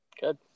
good